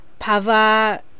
Pava